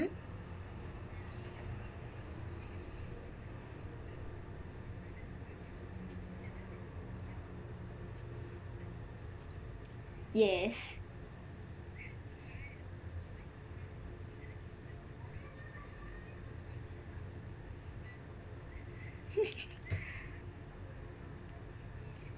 yes